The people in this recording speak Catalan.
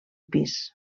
pis